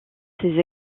ces